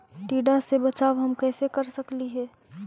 टीडा से बचाव हम कैसे कर सकली हे?